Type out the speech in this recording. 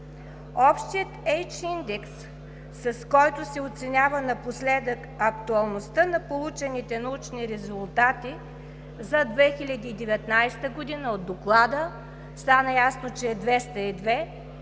Общият Н-индекс, с който се оценява напоследък актуалността на получените научни резултати за 2019 г. от Доклада стана ясно, че е 202,